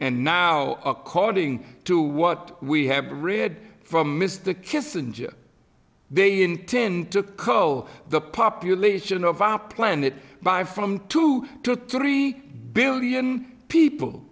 and now according to what we have read from mr kissinger they intend to coal the population of ah planet by from two to three billion people